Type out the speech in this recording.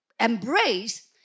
embrace